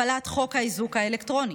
הפלת חוק האיזוק האלקטרוני,